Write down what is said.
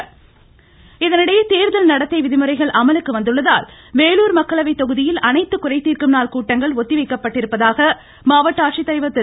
வேலார்ட அலவலர்ட தொடர்ச்சி தேர்தல் நடத்தை விதிமுறைகள் அமலுக்கு வந்துள்ளதால் வேலூர் இதனிடையே மக்களவை தொகுதியில் அனைத்து குறைதீர்க்கும் நாள் கூட்டங்கள் ஒத்திவைக்கப்பட்டிருப்பதாக மாவட்ட ஆட்சித்தலைவர் திரு